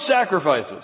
sacrifices